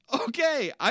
Okay